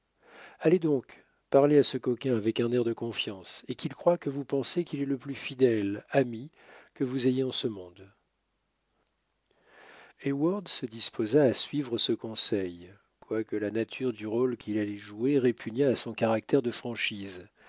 allez donc parlez à ce coquin avec un air de confiance et qu'il croie que vous pensez qu'il est le plus fidèle ami que vous ayez en ce monde heyward se disposa à suivre ce conseil quoique la nature du rôle qu'il allait jouer répugnât à son caractère de franchise